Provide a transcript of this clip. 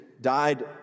died